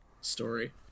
story